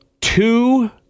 two